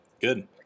Good